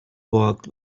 walked